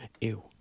Ew